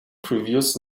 previous